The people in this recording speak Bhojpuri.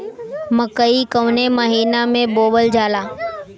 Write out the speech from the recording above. मकई कवने महीना में बोवल जाला?